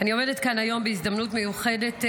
אני עומדת כאן היום בהזדמנות מיוחדת זו,